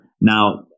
Now